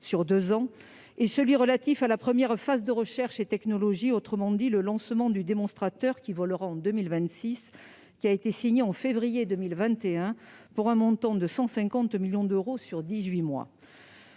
sur deux ans ; le second, relatif à la première phase de recherche et technologie, autrement dit au lancement du démonstrateur qui volera en 2026, a été signé en février 2021, pour un montant de 150 millions d'euros sur dix-huit